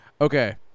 Okay